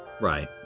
right